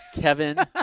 Kevin